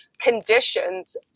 conditions